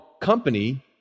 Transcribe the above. company